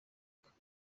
mwaka